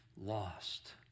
lost